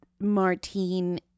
Martine